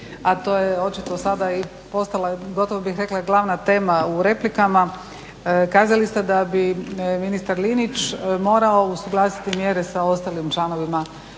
a to je očito sada i postala, gotovo bih rekla glavna tema u replikama. Kazali ste da bi ministar Linić morao usuglasiti mjere sa ostalim članovima